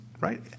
right